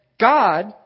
God